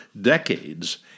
decades